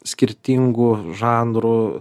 skirtingų žanrų